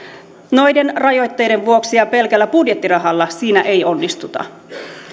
noiden rajoitteiden vuoksi ja pelkällä budjettirahalla siinä ei onnistuta